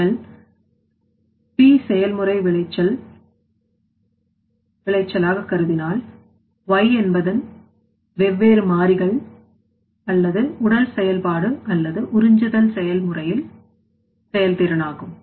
நீங்கள் P செய்முறை விளைச்சல் கருதினால் Y என்பதன் வெவ்வேறு மாறிகள் அல்லது உடல் செயல்பாடு அல்லது உறிஞ்சுதல் செயல்முறையில் செயல்திறன் ஆகும்